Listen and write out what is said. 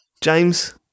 james